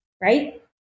Right